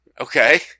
Okay